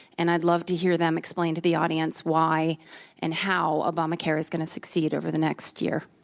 and i'd love to hear them explain to the audience why and how obamacare is going to succeed over the next year.